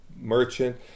merchant